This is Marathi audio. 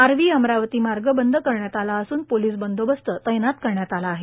आर्वी अमरावती मार्ग बंद करण्यात आला असून पोलिस बंदोबस्त तैनात करण्यात आला आहे